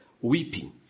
weeping